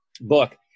book